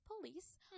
police